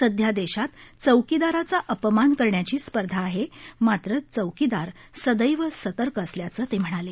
सध्या देशात चौकीदाराचा अपमान करण्याची स्पर्धा आहे मात्र चौकीदार सदैव सतर्क असल्याचं ते म्हणाले